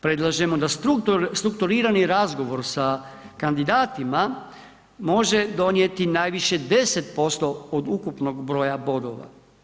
Predlažemo da strukturirani razgovor sa kandidatima može donijeti najviše 10% od ukupnog broja bodova.